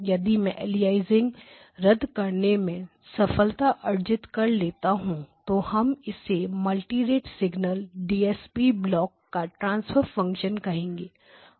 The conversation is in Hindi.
यदि मैं अलियासिंग रद्द करने में सफलता अर्जित कर लेता हूं तो हम इसे मल्टीरेट सिग्नल डीएसपी ब्लॉक का ट्रांसफर फंक्शन कहेंगे